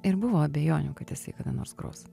ir buvo abejonių kad jisai kada nors gros